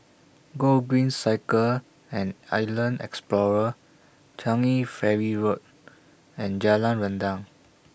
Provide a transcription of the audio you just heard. Gogreen Cycle and Island Explorer Changi Ferry Road and Jalan Rendang